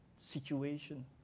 situation